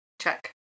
check